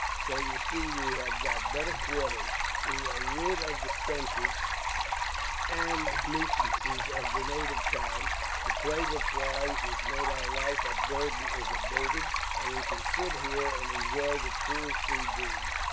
so you see, we have got better quarters we are rid of the stenches and nuisances of the native town the plague of flies which made our life a burden is abated and we can sit here and enjoy the cool sea breeze,